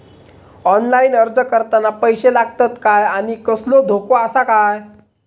Online अर्ज करताना पैशे लागतत काय आनी कसलो धोको आसा काय?